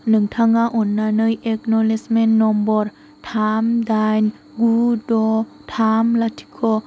नोंथाङा अन्नानै acknowledgement number थाम दाइन गु द' थाम लाथिख'